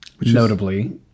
Notably